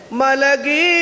Malagi